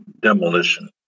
demolition